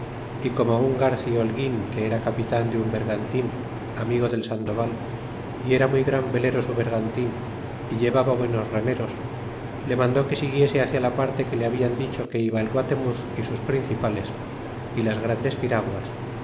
y como un garci holguin que era capitan de un bergantin amigo del sandoval y era muy gran velero su bergantín y llevaba buenos remeros le mandó que siguiese bácia la parte que le babien dicho que iba el guatemuz y sus principales y las grandes piraguas